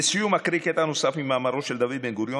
לסיום, אקריא קטע נוסף ממאמרו של דוד בן-גוריון.